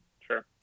sure